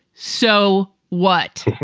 so what?